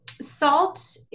Salt